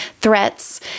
threats